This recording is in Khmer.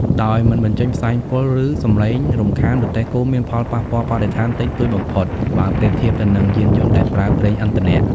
ដោយមិនបញ្ចេញផ្សែងពុល ឬសំឡេងរំខាន រទេះគោមាន ផលប៉ះពាល់បរិស្ថានតិចតួចបំផុត បើប្រៀបធៀបទៅនឹងយានយន្តដែលប្រើប្រេងឥន្ធនៈ ។